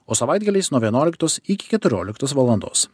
o savaitgaliais nuo vienuoliktos iki keturioliktos valandos